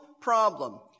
problem